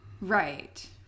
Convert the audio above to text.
Right